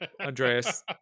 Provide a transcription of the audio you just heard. Andreas